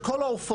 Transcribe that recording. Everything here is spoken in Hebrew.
של כל העופות,